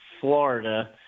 Florida